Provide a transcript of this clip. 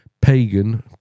pagan